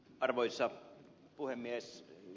arvoisa puhemies